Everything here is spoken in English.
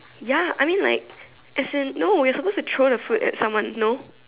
ya I mean like as in no you're suppose to throw the fruit at someone no